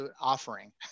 offering